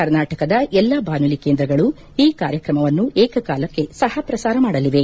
ಕರ್ನಾಟಕದ ಎಲ್ಲಾ ಬಾನುಲಿ ಕೇಂದ್ರಗಳು ಈ ಕಾರ್ಯಕ್ರಮವನ್ನು ಏಕಕಾಲಕ್ಕೆ ಸಹ ಪ್ರಸಾರ ಮಾಡಲಿವೆ